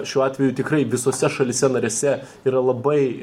šiuo atveju tikrai visose šalyse narėse yra labai